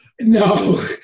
No